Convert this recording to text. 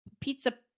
pizza